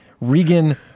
Regan